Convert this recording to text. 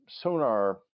sonar